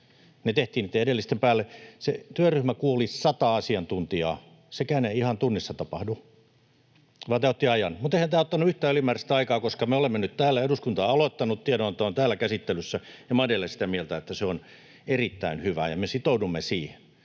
niitten edellisten päälle. Se työryhmä kuuli sataa asiantuntijaa. Sekään ei ihan tunnissa tapahdu, vaan tämä otti ajan. Mutta eihän tämä ottanut yhtään ylimääräistä aikaa, koska me olemme nyt täällä, eduskunta on aloittanut, tiedonanto on täällä käsittelyssä, ja minä olen edelleen sitä mieltä, että se on erittäin hyvä, ja me sitoudumme siihen.